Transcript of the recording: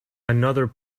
another